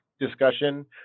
discussion